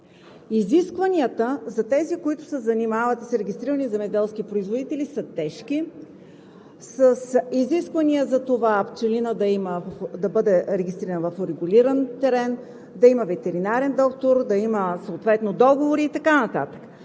Изискванията за тези, които се занимават и са регистрирани земеделски производители, са тежки с изисквания за това пчелинът да бъде регистриран в урегулиран терен, да има ветеринарен доктор, да има съответно договори и така нататък.